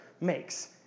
makes